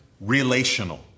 relational